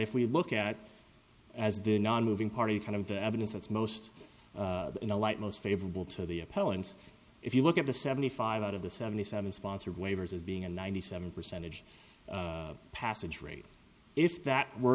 if we look at it as the nonmoving party kind of the evidence that's most in the light most favorable to the opponents if you look at the seventy five out of the seventy seven sponsored waivers as being a ninety seven percentage passage rate if that were